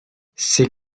ces